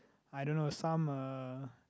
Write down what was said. I don't know some uh